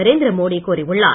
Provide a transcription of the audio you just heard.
நரேந்திர மோடி கூறியுள்ளார்